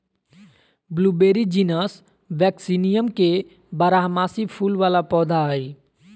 blueberry genus Vaccinium के बारहमासी फूल वला पौधा हइ